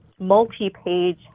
multi-page